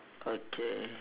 okay